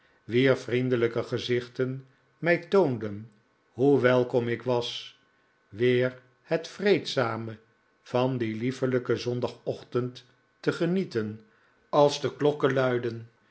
wier vriendelijke gezichten mij toonden hoe welkom ik was weer het vreedzame van dien liefelijken zondagochtend te genieten als de klokken luidden